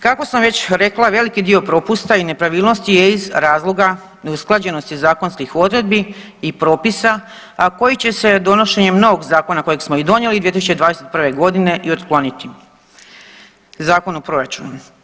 Kako sam već rekla veliki dio propusta i nepravilnosti je iz razloga neusklađenosti zakonskih odredbi i propisa, a koji će se donošenjem novog zakona kojeg smo i donijeli 2021. godine i otkloniti Zakon o proračunu.